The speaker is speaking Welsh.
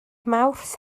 mawrth